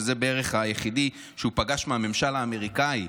זה בערך היחיד שהוא פגש מהממשל האמריקאי.